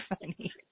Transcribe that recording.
funny